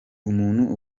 umuntu